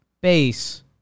Base